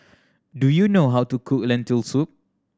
do you know how to cook Lentil Soup